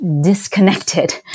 disconnected